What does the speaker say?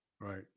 Right